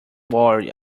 worry